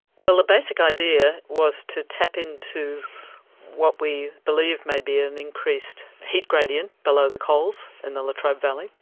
well, the basic idea was to tap into what we believe may be an increased heat gradient below the coals in the latrobe valley,